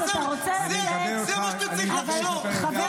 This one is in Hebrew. חבר